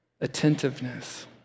attentiveness